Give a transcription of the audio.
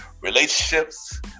relationships